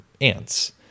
ants